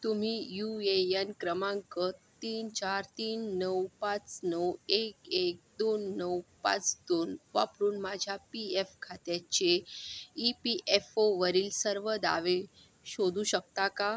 तुम्ही U A N क्रमांक तीन चार तीन नऊ पाच नऊ एक एक दोन नऊ पाच दोन वापरून माझ्या पी एफ खात्याचे ई पी एफ ओवरील सर्व दावे शोधू शकता का